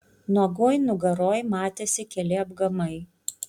nuogoj nugaroj matėsi keli apgamai